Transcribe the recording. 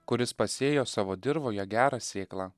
kuris pasėjo savo dirvoje gerą sėklą